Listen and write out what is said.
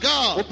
God